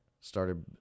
Started